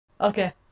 Okay